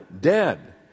dead